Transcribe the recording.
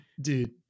dude